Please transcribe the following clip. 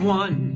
one